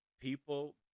people